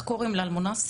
זו אפליקציית אל מונסק?